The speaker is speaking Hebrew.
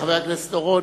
חבר הכנסת אורון,